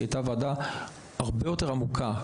הייתה ועדה הרבה יותר עמוקה,